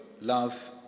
love